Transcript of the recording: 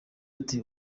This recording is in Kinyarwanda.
ati